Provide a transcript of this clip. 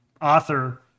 author